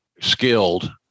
skilled